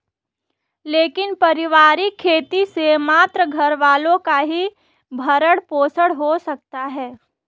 लेकिन पारिवारिक खेती से मात्र घरवालों का ही भरण पोषण हो सकता है